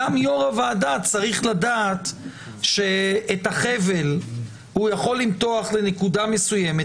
גם יו"ר הוועדה צריך לדעת שאת החבל הוא יכול למתוח לנקודה מסוימת,